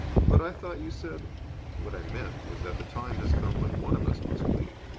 but i thought you said what i meant was that the time has come when one of us must leave.